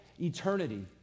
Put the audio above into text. eternity